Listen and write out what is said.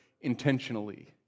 intentionally